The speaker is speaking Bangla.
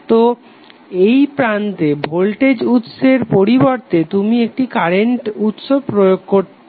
তো এই প্রান্ততে ভোল্টেজ উৎসের পরিবর্তে তুমি একটি কারেন্ট উৎস প্রয়োগ করবে